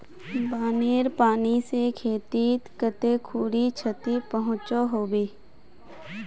बानेर पानी से खेतीत कते खुरी क्षति पहुँचो होबे?